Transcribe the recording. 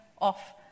off